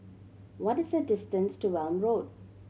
what is the distance to Welm Road